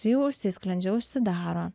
jisai užsisklendžia užsidaro